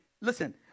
listen